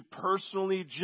personally